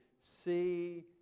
see